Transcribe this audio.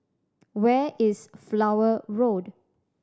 where is Flower Road